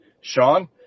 Sean